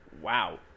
wow